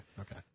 Okay